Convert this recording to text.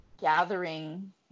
gathering